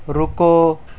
رکو